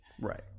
Right